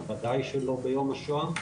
בוודאי שלא ביום השואה.